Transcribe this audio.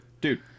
dude